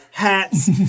hats